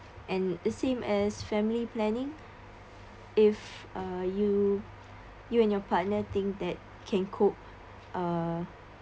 and the same as family planning if uh you you and your partner think that can cope uh